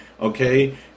Okay